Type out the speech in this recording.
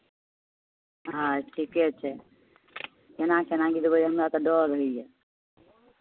आ ठीके छै केना केना गिरेबै हमरा तऽ डर होइए